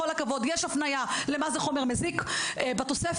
עם כל הכבוד יש הפניה למה זה חומר מזיק בתוספת,